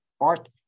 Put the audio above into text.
art